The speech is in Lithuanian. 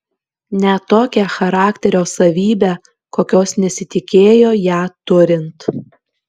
net tokią charakterio savybę kokios nesitikėjo ją turint